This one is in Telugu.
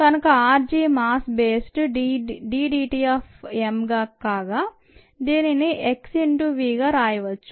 కనుక r g mass based d d t of m కాగా దీనిని x ఇన్టూV గా రాయవచ్చు